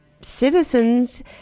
citizens